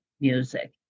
music